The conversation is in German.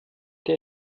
der